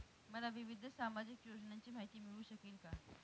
मला विविध सामाजिक योजनांची माहिती मिळू शकेल का?